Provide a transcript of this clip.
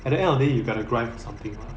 at the end of the day you gotta drive or something